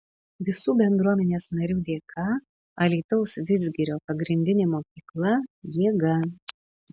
visų bendruomenės narių dėka alytaus vidzgirio pagrindinė mokykla jėga